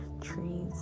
trees